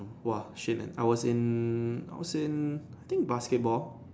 !woah! shit man I was in I was in I think basketball